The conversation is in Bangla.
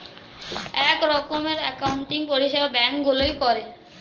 এক রকমের অ্যাকাউন্টিং পরিষেবা ব্যাঙ্ক গুলোয় করে